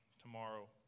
tomorrow